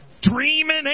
dreaming